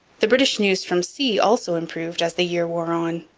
the british news from sea also improved as the year wore on.